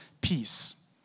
peace